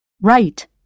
Right